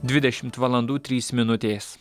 dvidešimt valandų trys minutės